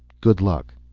good luck.